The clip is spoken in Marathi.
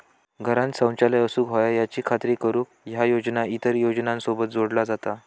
घरांत शौचालय असूक व्हया याची खात्री करुक ह्या योजना इतर योजनांसोबत जोडला जाता